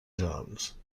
zones